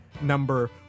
number